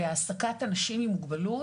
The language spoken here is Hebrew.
להעסקת אנשים עם מוגבלות,